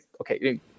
okay